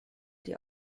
die